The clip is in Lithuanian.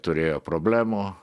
turėjo problemų